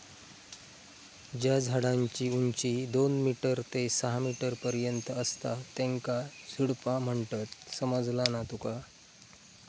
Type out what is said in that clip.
ज्या झाडांची उंची दोन मीटर ते सहा मीटर पर्यंत असता त्येंका झुडपा म्हणतत, समझला ना तुका?